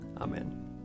Amen